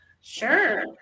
sure